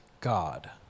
god